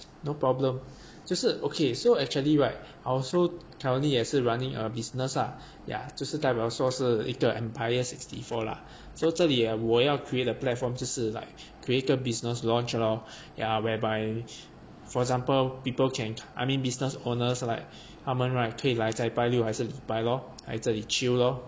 no problem 就是 okay so actually right I also currently 也是 running a business lah ya 就是代表说是一个 empire sixty four lah so 这里我要 create a platform 就是 like creator business launch lor yeah whereby for example people change I mean business owners like 他们 right 可来在拜六还是礼拜咯来这里 chill lor